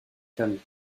fermiers